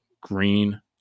Green